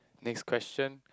next question